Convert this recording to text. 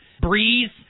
breeze